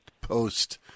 post